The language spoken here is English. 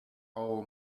all